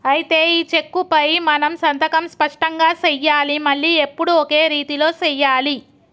అయితే ఈ చెక్కుపై మనం సంతకం స్పష్టంగా సెయ్యాలి మళ్లీ ఎప్పుడు ఒకే రీతిలో సెయ్యాలి